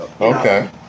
okay